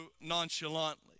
nonchalantly